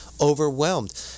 overwhelmed